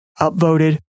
upvoted